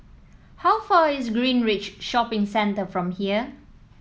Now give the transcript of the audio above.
how far is Greenridge Shopping Centre from here